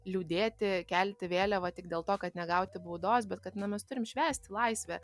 liūdėti kelti vėliavą tik dėl to kad negauti baudos bet kad na mes turim švęsti laisvę